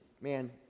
man